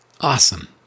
Awesome